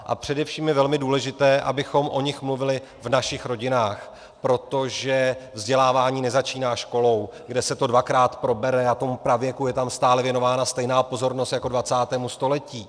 A především je velmi důležité, abychom o nich mluvili v našich rodinách, protože vzdělávání nezačíná školou, kde se to dvakrát probere a tomu pravěku je tam stále věnována stejná pozornost jako 20. století.